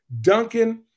Duncan